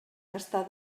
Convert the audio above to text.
està